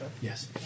Yes